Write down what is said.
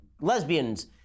lesbians